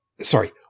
Sorry